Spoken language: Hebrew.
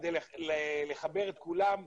כדי לחבר את כולם לאזור,